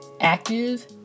active